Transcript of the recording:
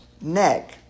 neck